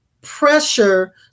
pressure